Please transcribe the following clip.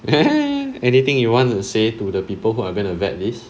anything you want to say to the people who are going to vet this